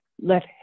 let